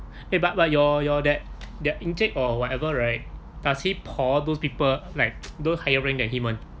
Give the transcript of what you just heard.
eh but but your your that that encik or whatever right does he those people like those higher rank than him [one]